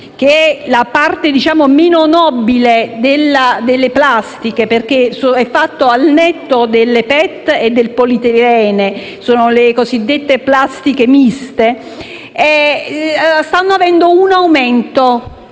che è la parte meno nobile delle plastiche, fatto al netto delle PET e del polietilene (sono le cosiddette plastiche miste), sta avendo un aumento